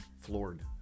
floored